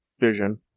vision